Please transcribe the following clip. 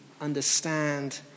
understand